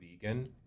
vegan